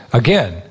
again